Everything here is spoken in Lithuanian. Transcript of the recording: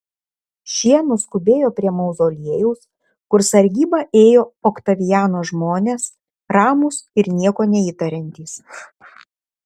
šie nuskubėjo prie mauzoliejaus kur sargybą ėjo oktaviano žmonės ramūs ir nieko neįtariantys